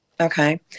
Okay